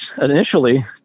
initially